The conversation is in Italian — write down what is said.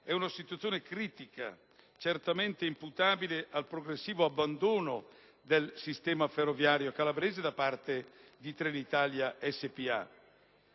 È una situazione critica, certamente imputabile al progressivo abbandono del sistema ferroviario calabrese da parte di Trenitalia SpA.